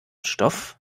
stoff